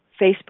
Facebook